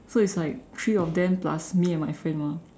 so it's like three of them plus me and my friend mah